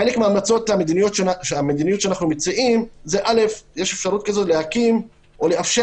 חלק מההמלצות המדיניות שאנחנו מציעים הוא שיש אפשרות להקים או לאפשר